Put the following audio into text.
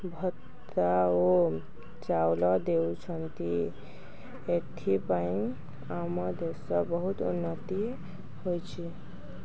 ଭତ୍ତା ଓ ଚାଉଳ ଦେଉଛନ୍ତି ଏଥିପାଇଁ ଆମ ଦେଶ ବହୁତ ଉନ୍ନତି ହୋଇଛି